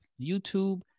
YouTube